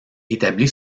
établi